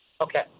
Okay